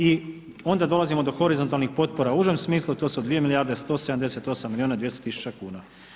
I onda dolazimo do horizontalnih potpora u užem smislu a to su 2 milijarde 178 milijuna i 200 tisuća kuna.